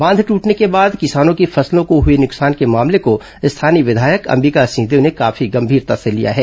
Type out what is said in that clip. बांध टटने के बाद किसानों की फसलों को हए नुकसान के मामले को स्थानीय विघायक अंबिका सिंहदेव ने काफी गंभीरता के साथ लिया है